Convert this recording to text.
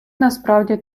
насправді